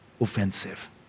offensive